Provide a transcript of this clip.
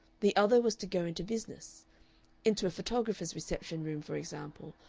the other was to go into business into a photographer's reception-room, for example,